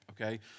Okay